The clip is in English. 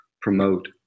promote